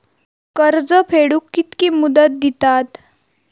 कर्ज फेडूक कित्की मुदत दितात?